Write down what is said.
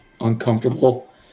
uncomfortable